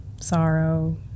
sorrow